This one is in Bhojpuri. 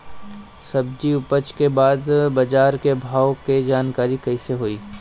सब्जी उपज के बाद बाजार के भाव के जानकारी कैसे होई?